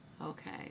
Okay